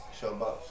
Showbox